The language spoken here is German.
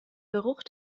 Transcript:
geruch